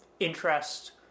interest